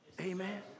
Amen